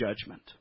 judgment